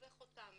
לתווך אותם